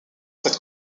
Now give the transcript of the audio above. cette